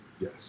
Yes